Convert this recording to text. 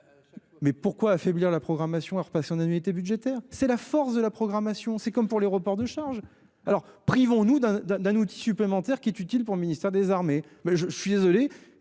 Mais pourquoi affaiblir la programmation. Annualité budgétaire, c'est la force de la programmation, c'est comme pour les reports de charges alors privons-nous d'un d'un d'un outil supplémentaire qui est utile pour le ministère des Armées. Mais je suis désolé.